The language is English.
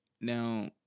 Now